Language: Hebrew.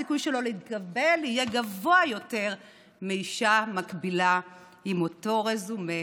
הסיכוי שלו להתקבל יהיה גבוה יותר מאישה מקבילה עם אותו רזומה